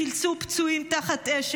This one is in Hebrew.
חילצו פצועים תחת אש,